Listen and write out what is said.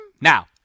Now